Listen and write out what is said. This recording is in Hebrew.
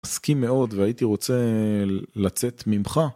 מסכים מאוד והייתי רוצה לצאת ממך